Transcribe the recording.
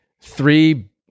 three